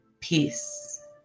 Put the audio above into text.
peace